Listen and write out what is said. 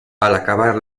acabar